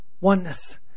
Oneness